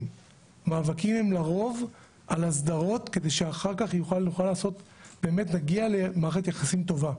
שהם לרוב על הסדרות כדי שאחר כך נוכל להגיע למערכת יחסים טובה.